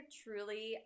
truly